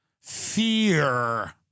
fear